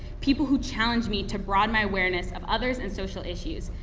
people who challenge me to broaden my awareness of others and social issues.